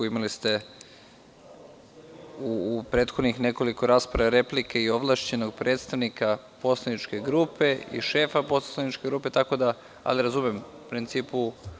Imali ste u prethodnih nekoliko rasprave replike i ovlašćenog predstavnika poslaničke grupe i šefa poslaničke grupe, ali razumem u principu.